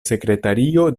sekretario